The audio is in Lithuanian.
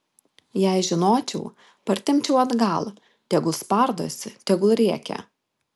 jei žinočiau partempčiau atgal tegul spardosi tegul rėkia